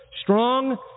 strong